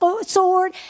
sword